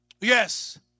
Yes